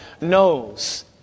knows